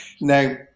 Now